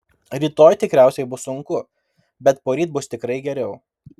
rytoj tikriausiai bus sunku bet poryt bus tikrai geriau